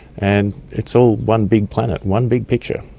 and it's all one big planet, one big picture.